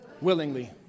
Willingly